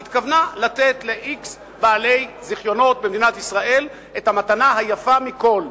היא התכוונה לתת ל-x בעלי זיכיונות במדינת ישראל את המתנה היפה מכול: